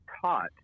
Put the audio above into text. taught